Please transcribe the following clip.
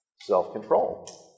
Self-control